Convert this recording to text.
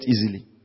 easily